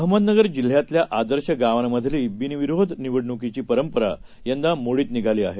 अहमदनगर जिल्ह्यातल्या आदर्श गावामंधली बिनविरोध निवडणुकीची परंपरा यंदा मोडीत निघाली आहे